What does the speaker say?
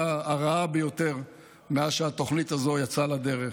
הרעה ביותר מאז שהתוכנית הזאת יצאה לדרך.